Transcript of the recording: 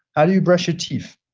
how do you brush your teeth?